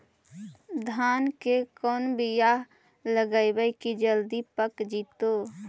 धान के कोन बियाह लगइबै की जल्दी पक जितै?